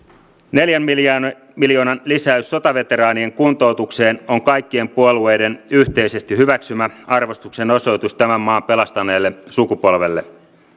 neljän miljoonan lisäys sotaveteraanien kuntoutukseen on kaikkien puolueiden yhteisesti hyväksymä arvostuksen osoitus tämän maan pelastaneelle sukupolvelle